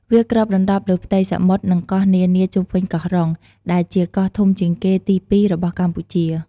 វាគ្របដណ្តប់លើផ្ទៃសមុទ្រ និងកោះនានាជុំវិញកោះរុង ដែលជាកោះធំជាងគេទីពីររបស់កម្ពុជា។